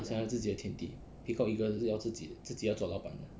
eh 想要有自己的天地 peacock eagle 是要自己自己要做老板的